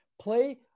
play